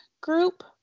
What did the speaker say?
Group